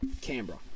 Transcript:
Canberra